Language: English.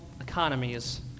economies